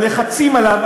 הלחצים עליו,